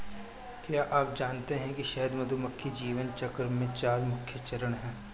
क्या आप जानते है शहद मधुमक्खी जीवन चक्र में चार मुख्य चरण है?